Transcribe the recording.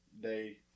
day